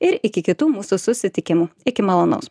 ir iki kitų mūsų susitikimų iki malonaus